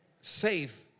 safe